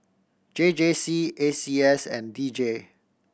J J C A C S and D J